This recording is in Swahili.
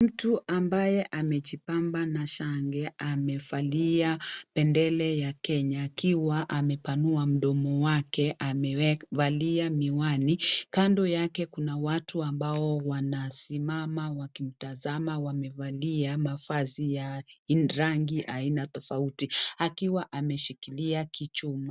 Mtu ambaye amejipamba na shanga amevalia bendera ya Kenya akiwa amepanua mdomo wake, amevalia miwani, kando yake kuna watu ambao wanasimama wakimtazama, wamevalia mavazi ya rangi aina tofauti akiwa ameshikilia kichwa...